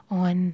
on